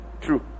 True